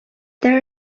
there